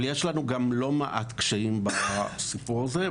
אבל יש לנו גם לא מעט קשיים בסיפור הזה,